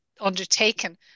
undertaken